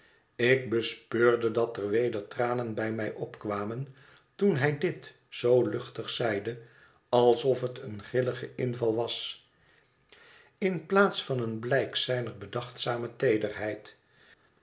ik bespeurde dat er weder tranen bij mij opkwamen toen hij dit zoo luchtig zeide alsof het een grillige inval was in plaats van een blijk zijner bedachtzame teederheid